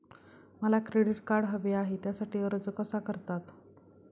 मला credit card हवे आहे त्यासाठी अर्ज कसा करतात?